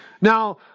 Now